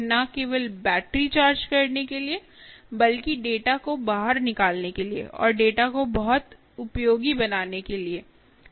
न केवल battery charge करने के लिए बल्कि डेटा को बाहर निकालने के लिए और डेटा को बहुत उपयोगी बनाने के लिए सही